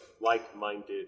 like-minded